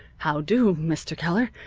how-do, mr. keller.